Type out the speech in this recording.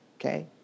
okay